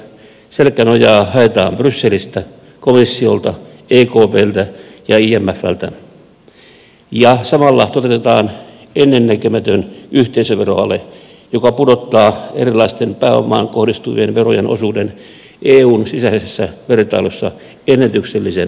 selkänojaa haetaan brysselistä komissiolta ekpltä ja imfltä ja samalla toteutetaan ennennäkemätön yhteisöveroale joka pudottaa erilaisten pääomaan kohdistuvien verojen osuuden eun sisäisessä vertailussa ennätyksellisen alhaalle